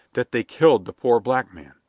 that they killed the poor black man.